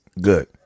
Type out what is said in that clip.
Good